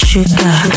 Sugar